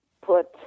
put